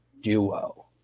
duo